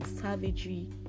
savagery